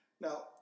Now